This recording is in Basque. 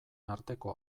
arteko